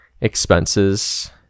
expenses